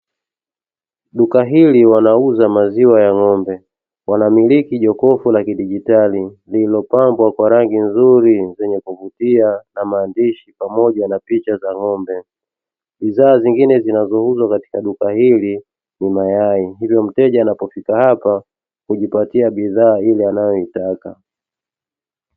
Duka hili wanauza maziwa ya ng'ombe wanamiliki jokofu la kidijitali lililopambwa kwa rangi nzuri zenye kuvutia na maandishi pamoja na picha za ng'ombe, bidhaa zingine zinazouzwa katika duka hili ni mayai hivyo mteja anapofika hapa hujipatia bidhaa ile anayoitaka.